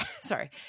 Sorry